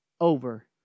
Over